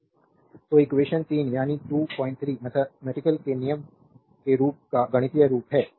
slide time देखें 0921 तो equation 3 यानी 23 mathematical के नियम के रूप का गणितीय रूप है